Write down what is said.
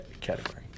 category